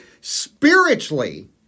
spiritually